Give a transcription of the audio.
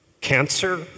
Cancer